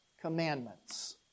commandments